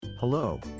Hello